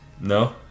No